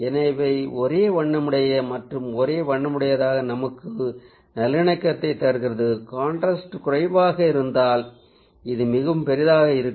எனவே இவை ஒரே வண்ணமுடையது மற்றும் ஒரே வண்ணமுடையது நமக்கு நல்லிணக்கத்தைத் தருகின்றன காண்ட்றாஸ்ட் குறைவாக இருந்தால் அது மிகவும் பெரியதாக இருக்கும்